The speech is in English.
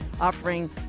offering